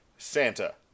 Santa